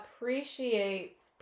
appreciates